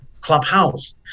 Clubhouse